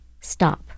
Stop